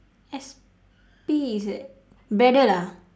S_P is at braddell ah